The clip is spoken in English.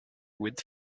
with